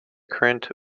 current